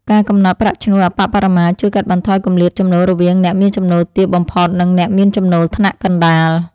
ការកំណត់ប្រាក់ឈ្នួលអប្បបរមាជួយកាត់បន្ថយគម្លាតចំណូលរវាងអ្នកមានចំណូលទាបបំផុត និងអ្នកមានចំណូលថ្នាក់កណ្តាល។